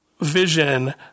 vision